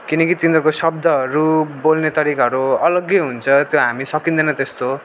किनकि तिनीहरूको शब्दहरू बोल्ने तरिकाहरू अलग्गै हुन्छ त्यो हामी सकिँदैन त्यस्तो